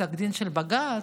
פסק דין של בג"ץ.